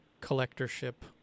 collectorship